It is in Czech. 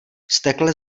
vztekle